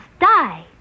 die